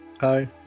Hi